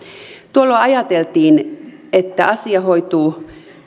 tuolloin ajateltiin että asia hoituu